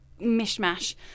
mishmash